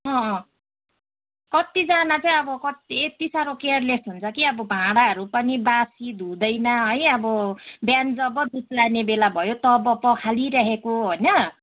अँ अँ कत्तिजना चाहिँ अब कत यत्ति साह्रो केयरलेस हुन्छ कि अब भाँडाहरू पनि बासी धुँदैन है अब बिहान जब दुध लाने बेला भयो तब पखालिरहेको होइन